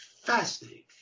fascinating